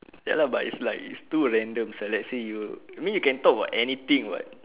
ya lah but it's like it's too random sia let's say you I mean you can talk about anything [what]